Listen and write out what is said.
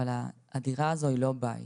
אבל הדירה הזו היא לא בית